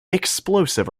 explosive